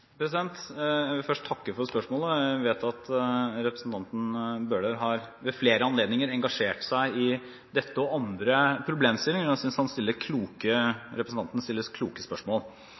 Jeg vil først takke for spørsmålet. Jeg vet at representanten Bøhler ved flere anledninger har engasjert seg i dette og andre problemstillinger. Jeg synes representanten stiller kloke